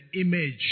image